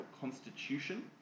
constitution